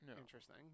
interesting